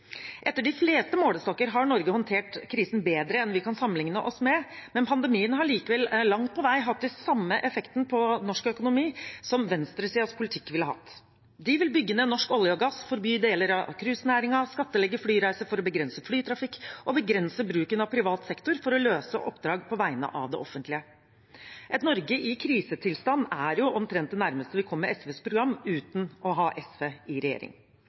Etter de fleste målestokker har Norge håndtert krisen bedre enn dem vi kan sammenligne oss med, men pandemien har likevel langt på vei hatt den samme effekten på norsk økonomi som venstresidens politikk ville hatt. De vil bygge ned norsk olje og gass, forby deler av cruisenæringen, skattlegge flyreiser for å begrense flytrafikk og begrense bruken av privat sektor for å løse oppdrag på vegne av det offentlige. Et Norge i krisetilstand er jo omtrent det nærmeste vi kommer SVs program uten å ha SV i regjering.